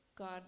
God